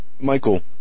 Michael